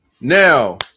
Now